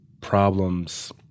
problems